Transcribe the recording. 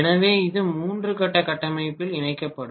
எனவே இது மூன்று கட்ட கட்டமைப்பில் இணைக்கப்படும்